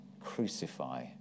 crucify